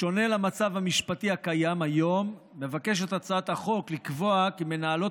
בשונה מהמצב המשפטי הקיים היום מבקשת הצעת החוק לקבוע כי מנהלות